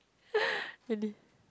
finish